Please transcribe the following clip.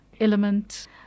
Element